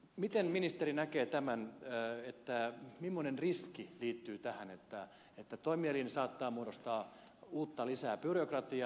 miten ministeri näkee tämän mimmoinen riski tähän liittyy siitä että toimielin saattaa muodostaa uutta byrokratiaa